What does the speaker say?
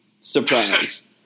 surprise